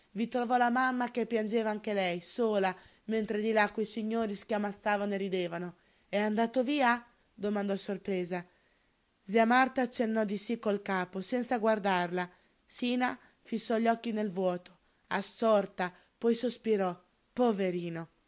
i trovò la mamma che piangeva anche lei sola mentre di là quei signori schiamazzavano e ridevano è andato via domandò sorpresa zia marta accennò di sí col capo senza guardarla sina fissò gli occhi nel vuoto assorta poi sospirò poverino